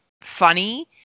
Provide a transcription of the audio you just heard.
funny